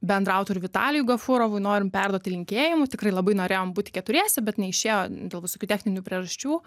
bendraautoriui vitalijui gafurovui norim perduoti linkėjim tikrai labai norėjom būti keturiese bet neišėjo dėl visokių techninių priežasčių